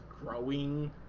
growing